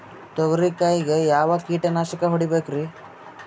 ತೊಗರಿ ಕಾಯಿಗೆ ಯಾವ ಕೀಟನಾಶಕ ಹೊಡಿಬೇಕರಿ?